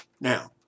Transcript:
Now